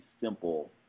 simple